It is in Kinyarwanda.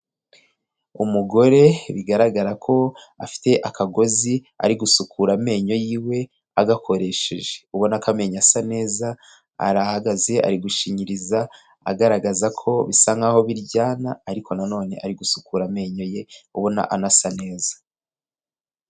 Umugore bigaragara ko afite akagozi ari gusukura amenyo yiwe agakoresheje. Ubona ko amenyo asa neza arahagaze ari gushinyiriza agaragaza ko bisa nkaho biryana ariko na none ari gusukura amenyo ye ubona anasa neza.